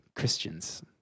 christians